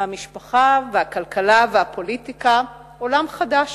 מהמשפחה והכלכלה והפוליטיקה, עולם חדש.